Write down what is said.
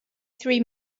three